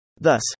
Thus